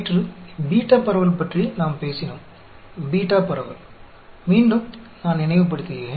कल हमने beta distribution के बारे में बात की यदि आपको याद है